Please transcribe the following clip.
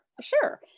sure